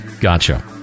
Gotcha